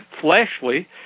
fleshly